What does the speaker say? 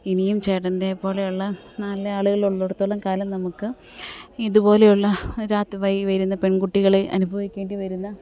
ഇനിയും ചേട്ടൻ്റെ പോലെയുള്ള നല്ല ആളുകൾ ഉള്ളെടുത്തോളം നമുക്ക് ഇതുപോലെയുള്ള രാത്രി വൈകി വരുന്ന പെൺകുട്ടികൾ അനുഭവിക്കേണ്ടി വരുന്ന